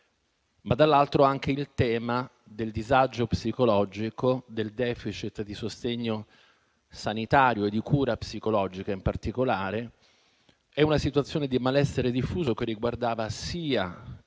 - dall'altro - anche il tema del disagio psicologico, del *deficit* di sostegno sanitario e di cura psicologica in particolare, una situazione di malessere diffuso che riguardava sia i